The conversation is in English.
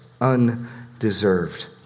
Undeserved